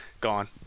Gone